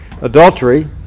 adultery